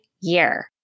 year